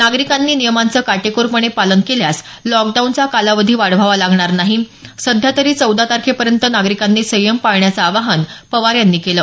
नागरिकांनी नियमांचं काटेकोरपणे पालन केल्यास लॉकडाऊनचा कालावधी वाढवावा लागणार नाही सध्या तरी चौदा तारखेपर्यंत नागरिकांनी संयम पाळण्याचं आवाहन पवार यांनी केलं